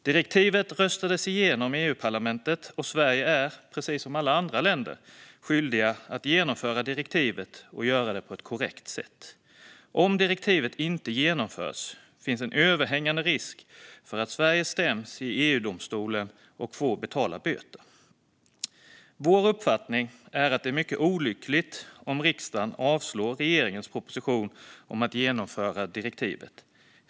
Direktivet röstades igenom i EU-parlamentet, och Sverige är - precis som alla andra EU-länder - skyldigt att genomföra direktivet och göra det på ett korrekt sätt. Om direktivet inte genomförs finns en överhängande risk för att Sverige stäms i EU-domstolen och får betala böter. Vår uppfattning är att det är mycket olyckligt om riksdagen avslår regeringens proposition om att genomföra direktivet.